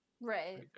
Right